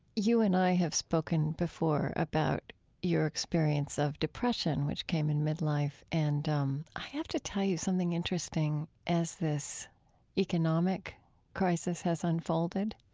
you and i have spoken before about your experience of depression, which came in midlife, and um i have to tell you something interesting as this economic crisis has unfolded.